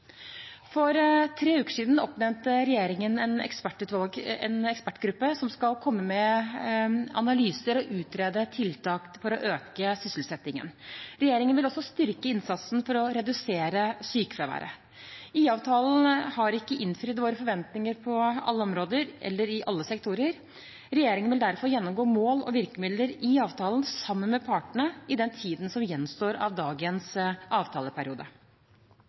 For tre uker siden oppnevnte regjeringen en ekspertgruppe som skal komme med analyser og utrede tiltak for å øke sysselsettingen. Regjeringen vil også styrke innsatsen for å redusere sykefraværet. IA-avtalen har ikke innfridd våre forventninger på alle områder eller i alle sektorer. Regjeringen vil derfor gjennomgå mål og virkemidler i avtalen sammen med partene i den tiden som gjenstår av dagens avtaleperiode.